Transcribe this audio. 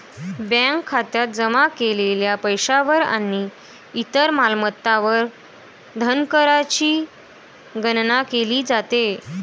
bank खात्यात जमा केलेल्या पैशावर आणि इतर मालमत्तांवर धनकरची गणना केली जाते